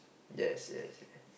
yes yes yeah